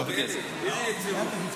איזה יציבות?